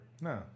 No